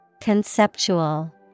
Conceptual